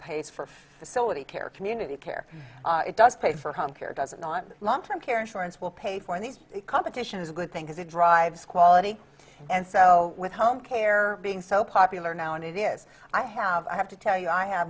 pays for facility care community care it does pay for home care does it not long term care insurance will pay for these the competition is a good thing because it drives quality and so with home care being so popular now and it is i have i have to tell you i have